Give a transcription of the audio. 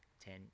ten